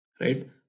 right